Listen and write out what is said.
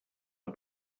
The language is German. der